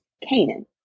Canaan